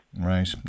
Right